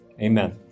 Amen